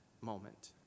moment